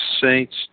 saints